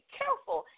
careful